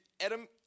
Adam